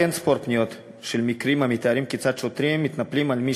אין-ספור פניות המתארות כיצד שוטרים מתנפלים על מי